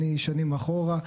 אני שנים אחורה,